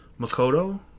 Makoto